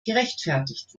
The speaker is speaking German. gerechtfertigt